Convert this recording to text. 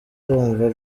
urumva